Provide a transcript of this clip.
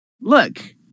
look